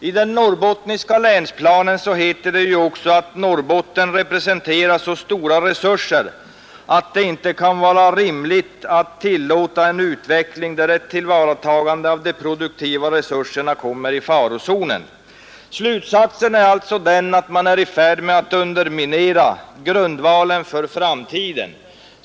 I den norrbottniska länsplanen heter det också att Norrbotten representerar så stora resurser att det inte kan vara rimligt att tillåta en utveckling, där ett tillvaratagande av de produktiva resurserna kommer i farozonen. Slutsatsen är alltså att man är i färd med att underminera grundvalen för framtiden.